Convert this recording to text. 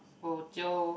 bo jio